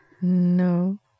No